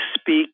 speak